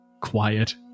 quiet